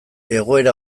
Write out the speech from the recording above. egoera